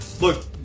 Look